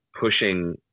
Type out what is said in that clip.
pushing